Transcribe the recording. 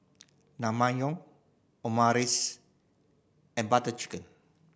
Naengmyeon Omurice and Butter Chicken